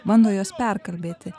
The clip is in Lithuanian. bando juos perkalbėti